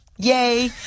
Yay